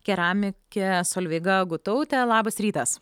keramikė solveiga gutautė labas rytas